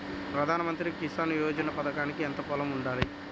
ప్రధాన మంత్రి కిసాన్ యోజన పథకానికి ఎంత పొలం ఉండాలి?